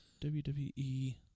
WWE